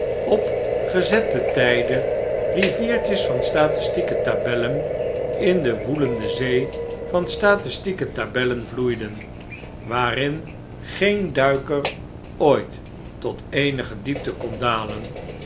op gezette tijden riviertjes van statistieke tabellen in de woelende zee van statistieke tabellen vloeiden waarin geen duiker ooit tot eenige diepte kon dalen